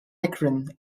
akron